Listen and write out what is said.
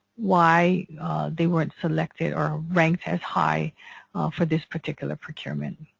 why they weren't selected or ranked as high for this particular procurement.